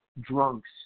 drunks